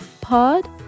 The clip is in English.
pod